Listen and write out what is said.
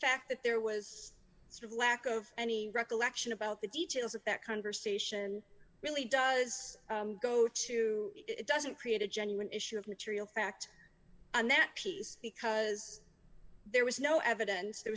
fact that there was sort of lack of any recollection about the details of that conversation really does go to doesn't create a genuine issue of material fact and that piece because there was no evidence there